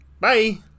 Bye